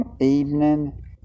evening